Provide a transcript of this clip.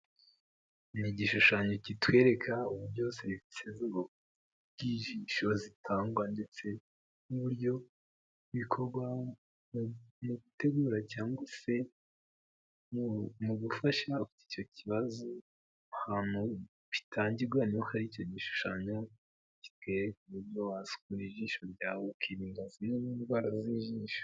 Ni igishushanyo kitwereka byose by'ijisho zitangwa ndetse n'uburyo bikorwa mu gutegura cyangwa se mu gufasha ufite icyo kibazo ahantu bitangirwa niho hari icyo gishushanyo kiga ku buryo wasukura ijisho ryawe indwara z'ijisho.